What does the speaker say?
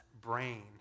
brain